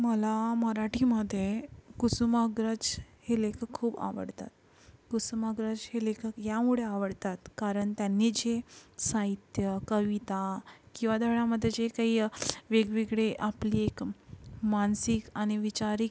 मला मराठीमध्ये कुसुमाग्रज हे लेखक खूप आवडतात कुसुमाग्रज हे लेखक यामुळे आवडतात कारण त्यांनी जे साहित्य कविता किंवा त्या वेळामध्ये जे काही वेगवेगळे आपली एक मानसिक आणि वैचारिक